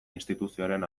instituzioaren